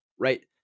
right